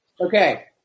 Okay